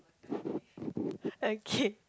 okay